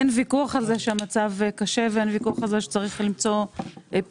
אין ויכוח על זה שהמצב קשה ואין ויכוח על זה שצריך למצוא פתרונות.